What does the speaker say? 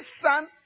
son